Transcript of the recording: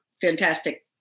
fantastic